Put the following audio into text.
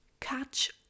catch